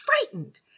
frightened